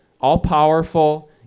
all-powerful